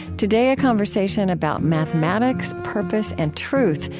today a conversation about mathematics, purpose, and truth,